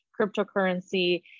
cryptocurrency